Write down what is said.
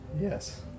Yes